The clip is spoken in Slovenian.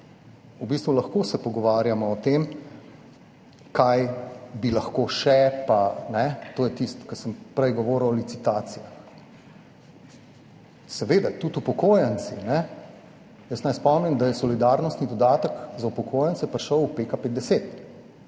V bistvu lahko se pogovarjamo o tem, kaj bi lahko še, to je tisto, ko sem prej govoril o licitacijah. Seveda tudi upokojenci. Naj spomnim, da je solidarnostni dodatek za upokojence prišel v PKP